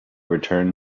return